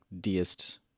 deist